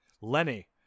Lenny